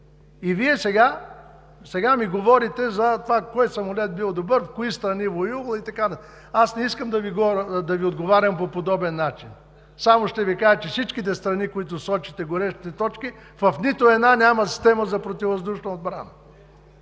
И Вие сега ми говорите за това кой самолет бил добър, в кои страни воювали и така нататък. Аз не искам да Ви отговарят по подобен начин, само ще Ви кажа, че всички страни, които сочите – горещите точки, в нито една няма система за противовъздушна отбрана.